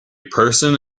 person